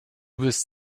bist